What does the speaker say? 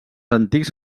antics